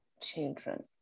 children